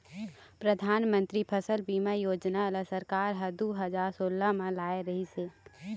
परधानमंतरी फसल बीमा योजना ल सरकार ह दू हजार सोला म लाए रिहिस हे